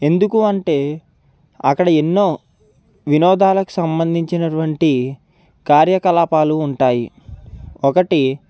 ఎందుకు అంటే అక్కడ ఎన్నో వినోదాలకి సంబంధించినటువంటి కార్యకలాపాలు ఉంటాయి ఒకటి